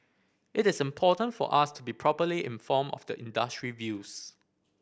it is important for us to be properly informed of the industry views